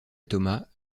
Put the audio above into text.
thomas